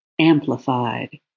amplified